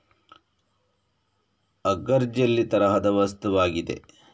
agar jelly ತರಹದ ವಸ್ತುವಾಗಿದೆ